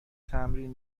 تمرین